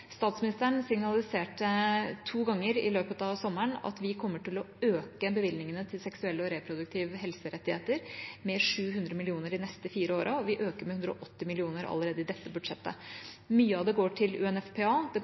Statsministeren signaliserte to ganger i løpet av sommeren at vi kommer til å øke bevilgningene til seksuelle og reproduktive helserettigheter med 700 mill. kr de neste fire årene, og vi øker med 180 mill. kr allerede i dette budsjettet. Mye av det går til UNFPA. Det går